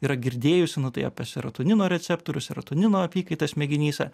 yra girdėjusi nu tai apie serotonino receptorius serotonino apykaitą smegenyse